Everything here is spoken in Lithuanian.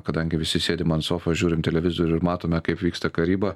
kadangi visi sėdim an sofos žiūrim televizorių ir matome kaip vyksta karyba